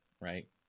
right